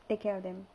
take care of them